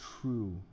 true